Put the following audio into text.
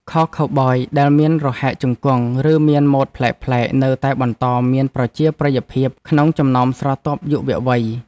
ខោខូវប៊យដែលមានរហែកជង្គង់ ឬមានម៉ូដប្លែកៗនៅតែបន្តមានប្រជាប្រិយភាពក្នុងចំណោមស្រទាប់យុវវ័យ។